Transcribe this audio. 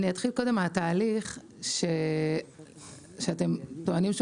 אני אתחיל קודם מהתהליך שאתם טוענים שהוא